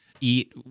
eat